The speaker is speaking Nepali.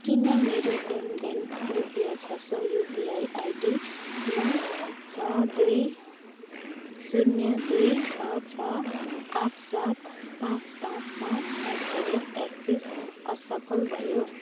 किन मेरो लेनदेन रुपियाँ छ सय युपिआई आइडीमा छ दुई शून्य दुई छ छ आठ सात पाँच पाँच पाँच एट द रेट एक्सिस असफल भयो